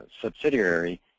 subsidiary